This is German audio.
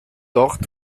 dort